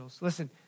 Listen